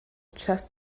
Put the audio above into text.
chest